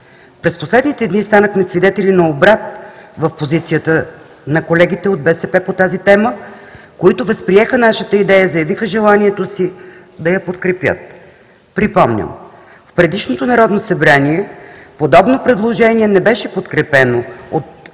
През последните дни станахме свидетели на обрат в позицията на колегите от БСП по тази тема, които възприеха нашата идея и заявиха желанието си да я подкрепят. Припомням, в предишното Народно събрание подобно предложение не беше подкрепено от